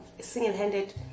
single-handed